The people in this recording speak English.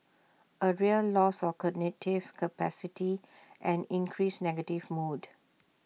A real loss of cognitive capacity and increased negative mood